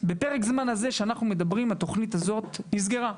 בפרק הזמן הזה שאנחנו מדברים, התוכנית הזאת נסגרה.